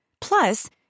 Plus